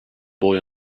boy